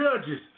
Judges